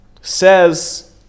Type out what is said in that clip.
says